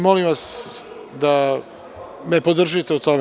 Molim vas da me podržite u tome.